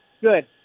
Good